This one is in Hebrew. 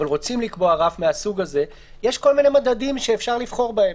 אבל רוצים לקבוע רף מהסוג הזה ויש כל מיני מדדים שאפשר לבחור בהם.